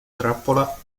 trappola